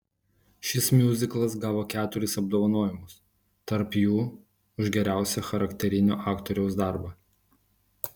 šis miuziklas gavo keturis apdovanojimus tarp jų už geriausią charakterinio aktoriaus darbą